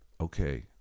okay